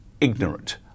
ignorant